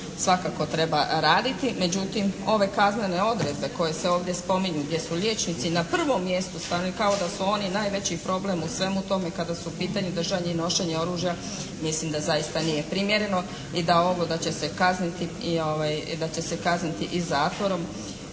svakako treba raditi. Međutim ove kaznene odredbe koje se ovdje spominju, gdje su liječnici na prvom mjestu … /Govornica se ne razumije./ … kao da su oni najveći problem u svemu tome kada su u pitanju držanje i nošenje oružja. Mislim da zaista nije primjereno i da ovo da će se kazniti i zatvorom